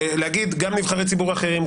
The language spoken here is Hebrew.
להגיד גם נבחרי ציבור אחרים,